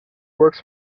works